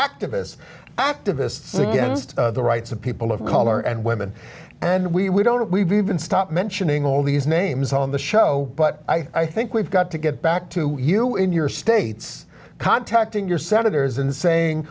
activists against the rights of people of color and women and we we don't we've even stop mentioning all these names on the show but i think we've got to get back to you in your states contacting your senators and saying